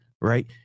right